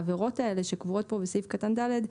העבירות האלה שקבועות פה בסעיף קטן (ד)